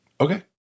Okay